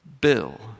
Bill